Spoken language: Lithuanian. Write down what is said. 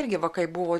irgi vokai buvo